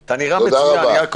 אתה נראה מצוין, יעקב.